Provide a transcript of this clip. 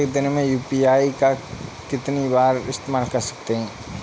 एक दिन में यू.पी.आई का कितनी बार इस्तेमाल कर सकते हैं?